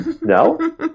No